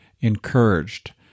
encouraged